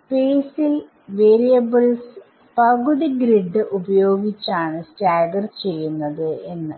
സ്പേസിൽ വാരിയബിൾസ്പകുതി ഗ്രിഡ്grid ഉപയോഗിച്ച് സ്റ്റാഗർ ചെയ്തു എന്ന്